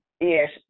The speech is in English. Yes